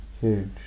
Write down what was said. Huge